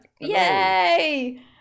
yay